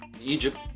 Egypt